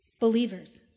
Believers